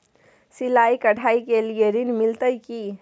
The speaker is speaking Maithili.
सिलाई, कढ़ाई के लिए ऋण मिलते की?